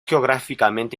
geográficamente